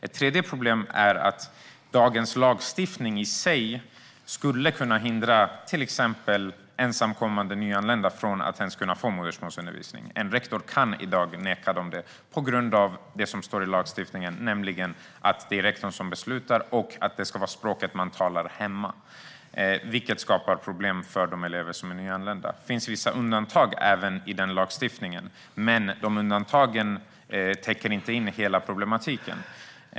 Ett tredje problem är att dagens lagstiftning i sig skulle kunna hindra till exempel ensamkommande nyanlända från att ens kunna få modersmålsundervisning. En rektor kan i dag neka dem det på grund av det som står i lagen, nämligen att det är rektorn som beslutar och att det ska vara språket man talar hemma, vilket skapar problem för nyanlända elever. Det finns vissa undantag även i den lagstiftningen, men de undantagen täcker inte in hela problematiken.